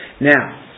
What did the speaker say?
Now